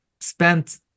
spent